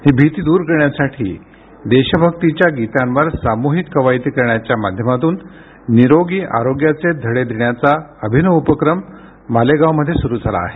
ही भीति दूर करण्यासाठी देशभक्तीच्या गीतांवर सामूहिक कवायती करण्याच्या माध्यमातून निरोगी आरोग्याचे धडे देण्याचा अभिनव उपक्रम मालेगावमध्ये सुरू झाला आहे